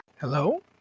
Hello